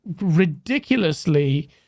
ridiculously